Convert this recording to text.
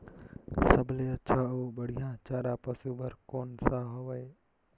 सबले अच्छा अउ बढ़िया चारा पशु बर कोन सा हवय?